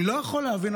אני לא יכול להבין,